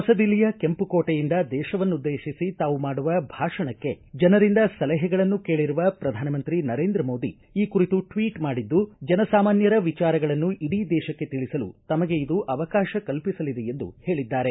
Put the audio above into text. ಹೊಸ ದಿಲ್ಲಿಯ ಕೆಂಪುಕೋಟೆಯಿಂದ ದೇಶವನ್ನುದ್ದೇಶಿಸಿ ತಾವು ಮಾಡುವ ಭಾಷಣಕ್ಕೆ ಜನರಿಂದ ಸಲಹೆಗಳನ್ನು ಕೇಳಿರುವ ಪ್ರಧಾನಮಂತ್ರಿ ನರೇಂದ್ರ ಮೋದಿ ಈ ಕುರಿತು ಟ್ವೀಟ್ ಮಾಡಿದ್ದು ಜನ ಸಾಮಾನ್ಯರ ವಿಚಾರಗಳನ್ನು ಇಡೀ ದೇಶಕ್ಕೆ ತಿಳಿಸಲು ತಮಗೆ ಇದು ಅವಕಾಶ ಕಲ್ಪಿಸಲಿದೆ ಎಂದು ಹೇಳಿದ್ದಾರೆ